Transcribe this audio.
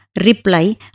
reply